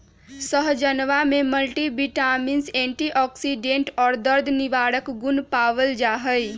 सहजनवा में multivitamins antioxidant और दर्द निवारक गुण पावल जाहई